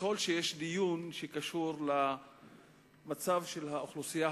ככל שיש דיון שקשור למצב של האוכלוסייה